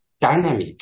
dynamic